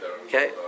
Okay